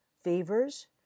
fevers